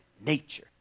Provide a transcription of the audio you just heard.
nature